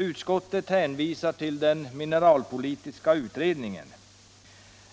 Utskottet hänvisar till den mineralpolitiska utredningen.